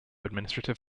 administrative